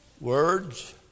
Words